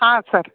ಹಾಂ ಸರ್